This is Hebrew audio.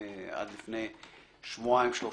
עד לפני שבועיים-שלושה.